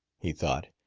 he thought.